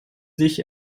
sich